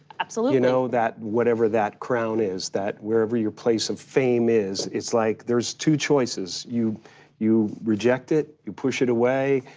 absolutely. you know that whatever that crown is that wherever your place of fame is is like, there's two choices. you you reject it, you push it away,